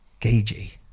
Gagey